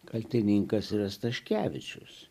kaltininkas yra staškevičius